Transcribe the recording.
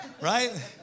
right